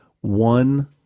one